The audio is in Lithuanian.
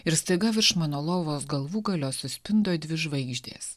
ir staiga virš mano lovos galvūgalio suspindo dvi žvaigždės